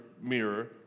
mirror